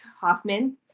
Hoffman